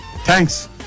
Thanks